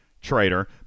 trader